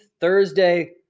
Thursday